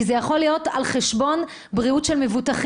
כי זה יכול להיות על חשבון בריאות של מבוטחים.